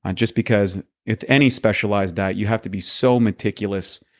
and just because with any specialized diet, you have to be so meticulous.